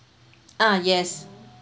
ah yes